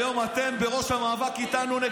היום אתם הייתם בראש המאבק איתנו.